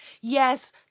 Yes